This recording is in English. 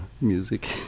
music